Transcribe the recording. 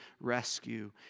rescue